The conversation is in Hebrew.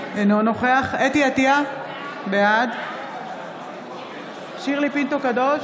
אינו נוכח חוה אתי עטייה, בעד שירלי פינטו קדוש,